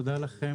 תודה לכם,